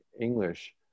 English